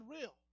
real